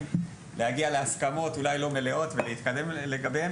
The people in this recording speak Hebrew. להגיע להסכמות אולי לא מלאות ולהתקדם לגביהן.